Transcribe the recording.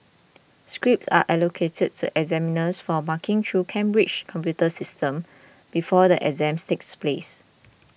scripts are allocated to examiners for marking through Cambridge's computer systems before the exams takes place